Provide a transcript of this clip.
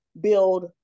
build